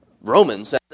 Romans